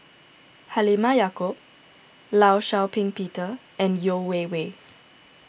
Halimah Yacob Law Shau Ping Peter and Yeo Wei Wei